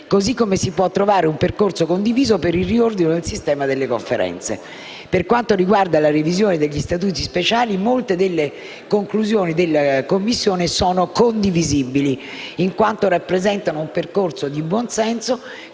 Così come si può trovare un percorso condiviso per il riordino del sistema delle Conferenze. Per quanto riguarda la revisione degli Statuti speciali, molte delle conclusioni della Commissione sono condivisibili, in quanto rappresentano un percorso di buon senso,